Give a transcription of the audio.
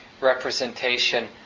representation